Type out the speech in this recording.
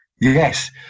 yes